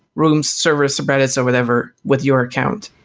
rooms, servers, subreddits or whatever with your account.